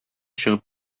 чыгып